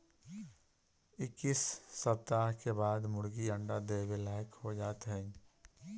इक्कीस सप्ताह के बाद मुर्गी अंडा देवे लायक हो जात हइन